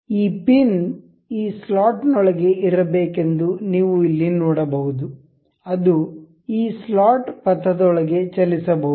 ಈ ಪಿನ್ ಈ ಸ್ಲಾಟ್ನೊಳಗೆ ಇರಬೇಕೆಂದು ನೀವು ಇಲ್ಲಿ ನೋಡಬಹುದು ಅದು ಈ ಸ್ಲಾಟ್ ಪಥದೊಳಗೆ ಚಲಿಸಬಹುದು